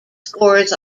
scores